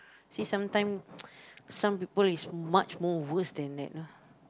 see sometime some people is much more worse than that you know